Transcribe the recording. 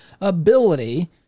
ability